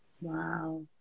Wow